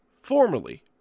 formerly